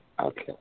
Okay